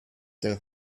their